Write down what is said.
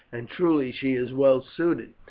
and truly she is well suited.